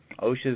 OSHA's